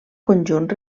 conjunt